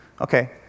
Okay